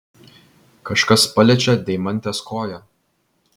kažkas paliečia deimantės koją